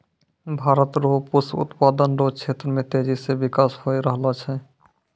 भारत रो पुष्प उत्पादन रो क्षेत्र मे तेजी से बिकास होय रहलो छै